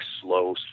slow